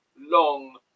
long